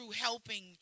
helping